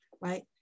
right